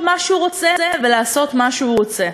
מה שהוא רוצה ולעשות מה שהוא רוצה.